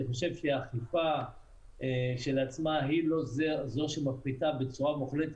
חושב שאכיפה כשלעצמה היא לא זו שמפחיתה בצורה מוחלטת